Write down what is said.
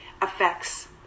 affects